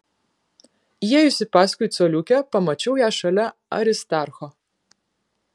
įėjusi paskui coliukę pamačiau ją šalia aristarcho